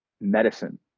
medicine